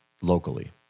locally